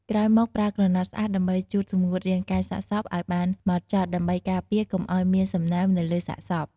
ក្រោយមកប្រើកន្សែងស្អាតដើម្បីជូតសម្ងួតរាងកាយសាកសពឱ្យបានហ្មត់ចត់ ដើម្បីការពារកុំឱ្យមានសំណើមនៅលើសាកសព។